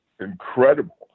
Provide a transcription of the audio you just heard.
incredible